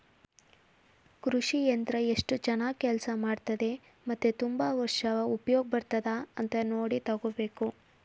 ಕೃಷಿ ಯಂತ್ರ ಎಸ್ಟು ಚನಾಗ್ ಕೆಲ್ಸ ಮಾಡ್ತದೆ ಮತ್ತೆ ತುಂಬಾ ವರ್ಷ ಉಪ್ಯೋಗ ಬರ್ತದ ಅಂತ ನೋಡಿ ತಗೋಬೇಕು